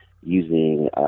using